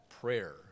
prayer